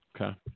Okay